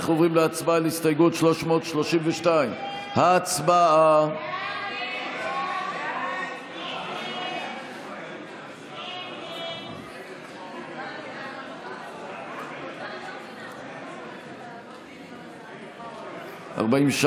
אנחנו עוברים להצבעה על הסתייגות 332. הצבעה.